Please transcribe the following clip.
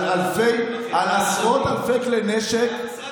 על עשרות אלפי כלי נשק,